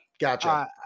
Gotcha